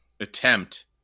attempt